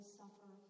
suffer